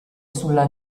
sulla